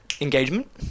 engagement